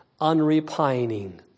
unrepining